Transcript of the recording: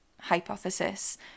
hypothesis